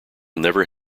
never